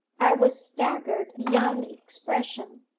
i was staggered beyond expression.